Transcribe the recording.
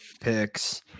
picks